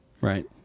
Right